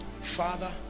Father